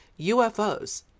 UFOs